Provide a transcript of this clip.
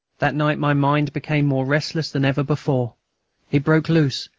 that night my mind became more restless than ever before it broke loose,